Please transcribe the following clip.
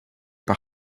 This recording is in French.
par